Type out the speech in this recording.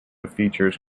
features